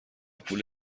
پول